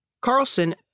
Carlson